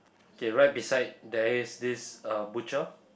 okay right beside there is this uh butcher